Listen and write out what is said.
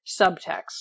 subtext